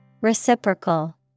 Reciprocal